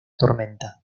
tormenta